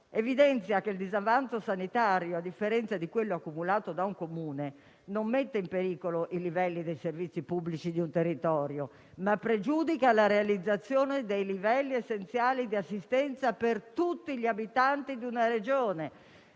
evidenzia che il disavanzo sanitario, a differenza di quello accumulato da un Comune, non mette in pericolo i livelli dei servizi pubblici di un territorio, ma pregiudica la realizzazione dei livelli essenziali di assistenza per tutti gli abitanti di una Regione,